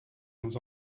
nos